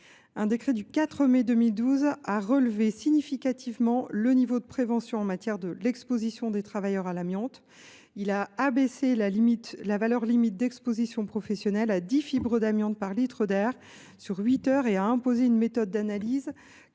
Un décret du 4 mai 2012 a relevé significativement le niveau de prévention en matière d’exposition des travailleurs à l’amiante. Il a abaissé la valeur limite d’exposition professionnelle à 10 fibres d’amiante par litre d’air sur huit heures et a imposé une méthode d’analyse